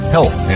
Health